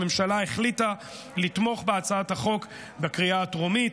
הממשלה החליטה לתמוך בהצעת החוק בקריאה הטרומית.